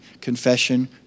Confession